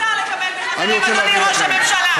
מה מותר לקבל מחברים, אדוני ראש הממשלה?